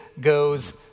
goes